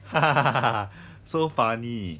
so funny